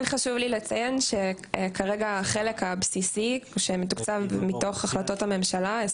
כן חשוב לי לציין שכרגע החלק הבסיסי שמתוקצב מתוך החלטות הממשלה,